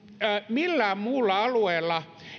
millään muulla alueella